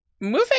Moving